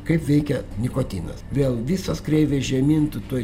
kaip veikia nikotinas vėl visos kreivės žemyn tu tuoj